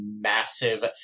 massive